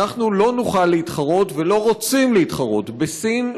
אנחנו לא נוכל להתחרות ולא רוצים להתחרות בסין,